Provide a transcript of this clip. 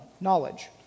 knowledge